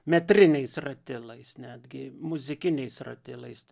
metriniais ratilais netgi muzikiniais ratilais